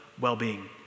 well-being